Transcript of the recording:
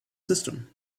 system